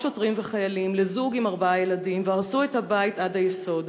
שוטרים וחיילים לזוג עם ארבעה ילדים והרסו את הבית עד היסוד,